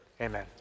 amen